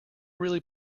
really